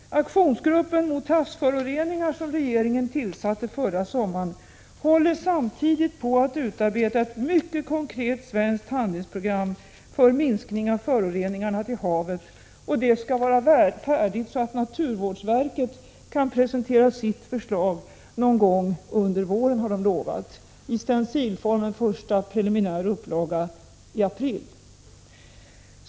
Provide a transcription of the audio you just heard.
Aktionsgruppen mot havsföroreningar, som regeringen tillsatte förra sommaren, håller samtidigt på att utarbeta ett konkret svenskt handlingsprogram för minskning av föroreningarna till havet. Det skall vara färdigt så att naturvårdsverket kan presentera sitt förslag någon gång under våren. En första preliminär upplaga i stencilform har utlovats i april.